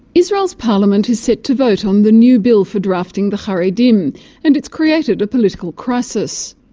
israel's parliament is set to vote on the new bill for drafting the haredim and it's created a political crisis.